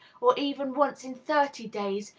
or even once in thirty days,